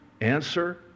Answer